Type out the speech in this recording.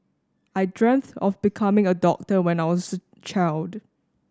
I dreamt of becoming a doctor when I was a child